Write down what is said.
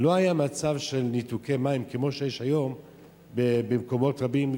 לא היה מצב של ניתוקי מים כמו שיש היום במקומות רבים,